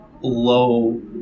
low